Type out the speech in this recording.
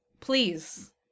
please